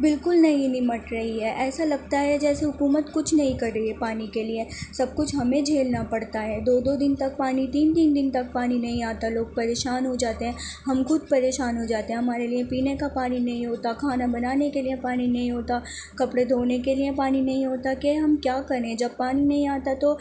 بالکل نہیں نمٹ رہی ہے ایسے لگتا ہے جیسے حکومت کچھ نہیں کر رہی ہے پانی کے لیے سب کچھ ہمیں جھیلنا پڑتا ہے دو دو دن تک پانی تین تین دن تک پانی نہیں آتا لوگ پریشان ہو جاتے ہیں ہم خود پریشان ہو جاتے ہیں ہمارے لیے پینے کا پانی نہیں ہوتا کھانا بنانے کے لیے پانی نہیں ہوتا کپڑے دھونے کے لیے پانی نہیں ہوتا کہ ہم کیا کریں جب پانی نہیں آتا تو